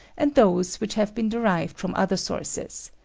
and those which have been derived from other sources.